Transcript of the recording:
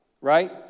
Right